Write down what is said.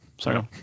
Sorry